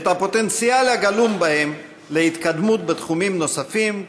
ואת הפוטנציאל הגלום בהם להתקדמות בתחומים נוספים,